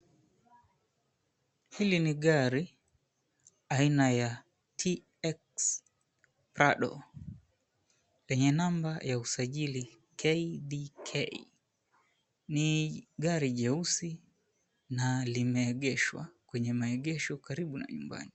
Hili ni gari aina ya TX Prado, yenye namba ya usajili KDK. Ni gari jeusi na limeegeshwa kwenye maegesho karibu na nyumbani.